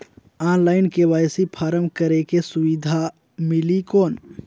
Online KYC form करेके सुविधा मिली कौन?